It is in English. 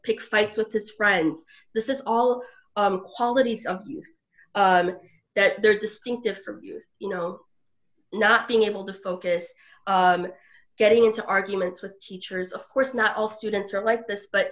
pick fights with his friends this is all qualities of you that there are distinct different views you know not being able to focus and getting into arguments with teachers of course not all students are like this but